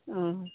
हँ